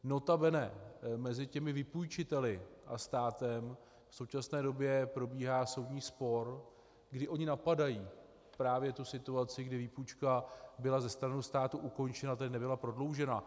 Notabene mezi těmi vypůjčiteli a státem v současné době probíhá soudní spor, kdy oni napadají právě tu situaci, kdy výpůjčka byla ze strany státu ukončena, tedy nebyla prodloužena.